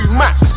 max